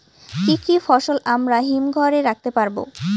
কি কি ফসল আমরা হিমঘর এ রাখতে পারব?